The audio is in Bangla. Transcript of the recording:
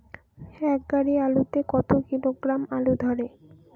এক গাড়ি আলু তে কত কিলোগ্রাম আলু ধরে?